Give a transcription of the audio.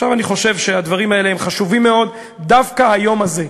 אני חושב שהדברים האלה חשובים מאוד דווקא ביום הזה.